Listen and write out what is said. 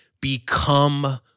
become